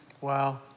Wow